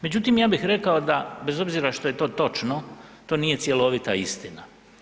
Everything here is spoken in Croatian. Međutim ja bih rekao bez obzira što je to točno, to nije cjelovita istina.